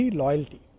loyalty